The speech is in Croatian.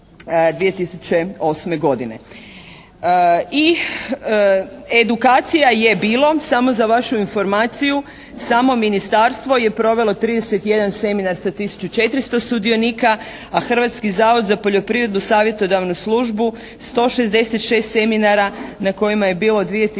I edukacija je bila, samo za vašu informaciju, samo ministarstvo je provelo 31 seminar sa tisuću 400 sudionika. A Hrvatski zavod za poljoprivredu i savjetodavnu službu 166 seminara na kojima je bilo 2